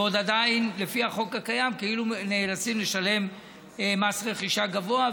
ועדיין לפי החוק הקיים כאילו נאלצים לשלם מס רכישה גבוה,